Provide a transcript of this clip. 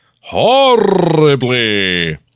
horribly